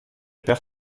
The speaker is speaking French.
perd